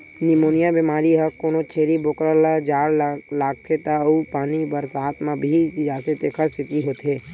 pneumonia बेमारी ह कोनो छेरी बोकरा ल जाड़ लागथे त अउ पानी बरसात म भीग जाथे तेखर सेती होथे